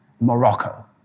Morocco